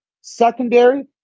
secondary